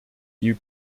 die